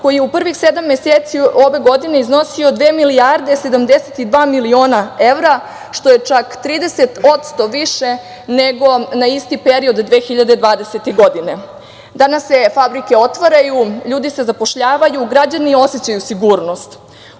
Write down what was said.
koji u prvih sedam meseci ove godine iznosio dve milijarde 72 miliona evra, što je čak 30% više nego na isti period do 2020. godine. Danas se fabrike otvaraju, ljudi se zapošljavaju, građani osećaju sigurnost